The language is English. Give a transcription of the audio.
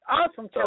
Awesome